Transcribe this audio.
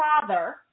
Father